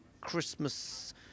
Christmas